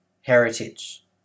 heritage